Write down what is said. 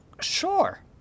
Sure